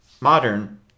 Modern